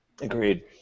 Agreed